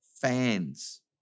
fans